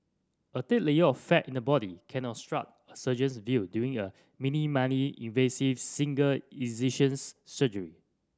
a thick layer of fat in the body can obstruct a surgeon's view during a minimally invasive single incisions surgery